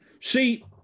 See